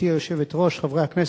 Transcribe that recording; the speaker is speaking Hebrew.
גברתי היושבת-ראש, חברי הכנסת,